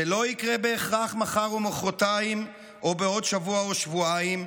זה לא יקרה בהכרח מחר או מוחרתיים או בעוד שבוע או שבועיים,